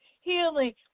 healing